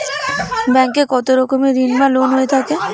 Bank এ কত রকমের ঋণ বা লোন হয়ে থাকে?